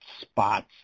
spots